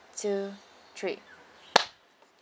two three